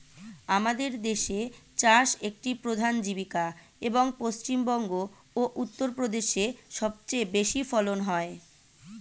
আমাদের দেশে চাষ একটি প্রধান জীবিকা, এবং পশ্চিমবঙ্গ ও উত্তরপ্রদেশে সবচেয়ে বেশি ফলন হয়